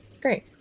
Great